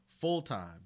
full-time